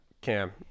Cam